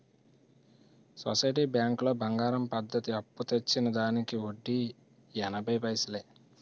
society బ్యాంకులో బంగారం పద్ధతి అప్పు తెచ్చిన దానికి వడ్డీ ఎనభై పైసలే